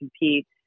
compete